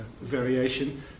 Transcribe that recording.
variation